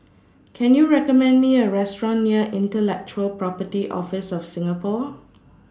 Can YOU recommend Me A Restaurant near Intellectual Property Office of Singapore